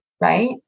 right